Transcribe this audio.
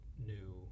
new